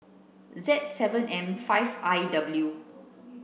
Z seven M five I W